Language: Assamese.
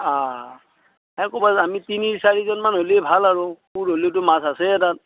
আ এই ক'বা আমি তিনি চাৰিজনমান হ'লে ভাল আৰু মাছ আছে